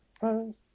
first